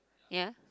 ya